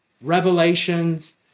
revelations